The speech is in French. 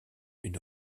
une